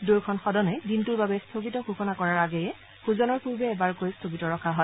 দুয়োখন সদনেই দিনটোৰ বাবে স্থগিত ঘোষণা কৰাৰ আগেয়ে ভোজনৰ পূৰ্বে এবাৰকৈ স্বগিত ৰখা হয়